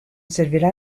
servirà